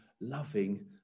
loving